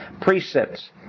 precepts